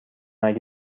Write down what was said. اگه